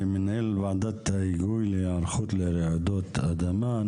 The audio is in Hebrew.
מנהל ועדת ההיגוי להיערכות לרעידות אדמה.